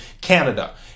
Canada